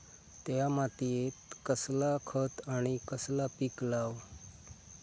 त्या मात्येत कसला खत आणि कसला पीक लाव?